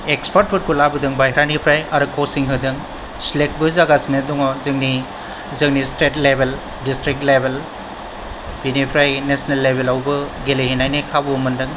एक्सपर्टफोरखौ लाबोदों बायह्रानिफ्राय कचिं होदों सेलेक्टबो जागासिनो दङ' जोंनि स्टेट लेभेल डिस्ट्रिक लेभेल बिनिफ्राय नेसनेल लेभेलावबो गेलेहैनायनि खाबु मोनदों